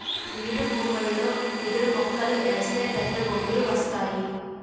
బీడుభూములలో ఎదురుమొక్కలు ఏస్తే పెద్దబొంగులు వస్తేయ్